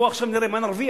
בוא עכשיו נראה מה נרוויח,